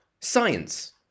Science